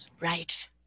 right